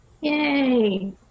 Yay